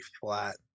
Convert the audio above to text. flat